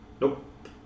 Nope